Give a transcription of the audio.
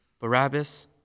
Barabbas